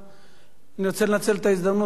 אני רוצה לנצל את ההזדמנות הזו להודות